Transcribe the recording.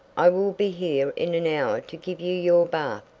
i will be here in an hour to give you your bath,